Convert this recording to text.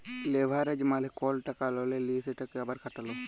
leverage মালে কল টাকা ললে লিঁয়ে সেটকে আবার খাটালো